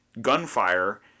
gunfire